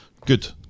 Good